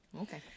Okay